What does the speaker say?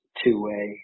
two-way